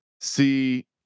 see